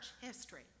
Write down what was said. history